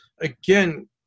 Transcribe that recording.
again